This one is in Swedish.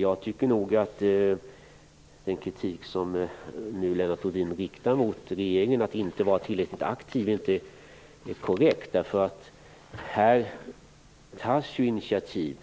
Jag tycker nog att den kritik som Lennart Rohdin nu riktar mot regeringen för att den inte är tillräckligt aktiv inte är korrekt. Här tas initiativ t.ex.